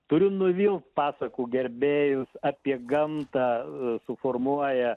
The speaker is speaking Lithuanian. turiu nuvilt pasakų gerbėjus apie gamtą suformuoja